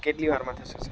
કેટલી વારમાં થશે સર